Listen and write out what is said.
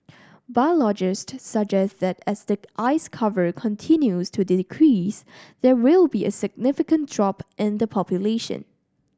biologist suggest that as the ice cover continues to decrease there will be a significant drop in the population